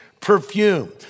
perfume